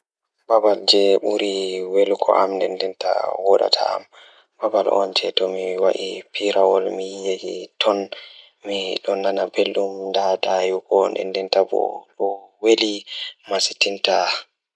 Ko ngoodi oɗɗo ngoni miɗo heɓa e nder njam, mi waɗataa waawi njiddaade fiyaangu ngal. Miɗo njiddaade goɗɗo ngal, sabu fiyaangu ngal miɗo waɗa mi waawde njiddaade sabu njoɓdi. Ko ngal, miɓɓe ngoni fiyaangu ngal e hoore, ngam fiyoore ngal mi ɗam ni jayɗi ngal.